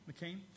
McCain